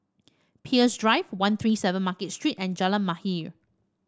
Peirce Drive One Three Seven Market Street and Jalan Mahir